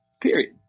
Period